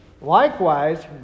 Likewise